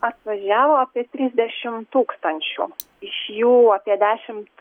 atvažiavo apie trisdešim tūkstančių iš jų apie dešimt